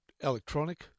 Electronic